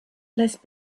less